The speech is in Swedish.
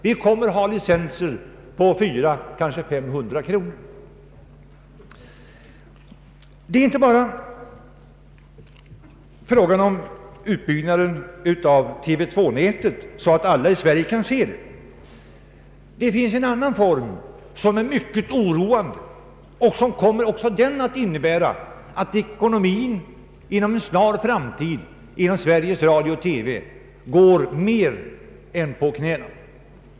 Vi kommer då att få licensavgifter på 400, kanske 500 kronor. Det är inte bara frågan om utbyggnad av TV 2-nätet så att alla i Sverige kan se TV 2-programmen. Det finns en annan företeelse som är mycket oroande och som också kommer att innebära att ekonomin för Sveriges Radio inom en snar framtid inte ens går på knäna.